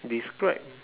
describe